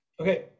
Okay